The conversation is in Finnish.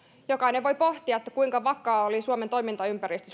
jokainen voi pohtia kuinka vakaa oli suomen toimintaympäristö